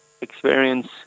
experience